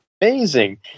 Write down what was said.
Amazing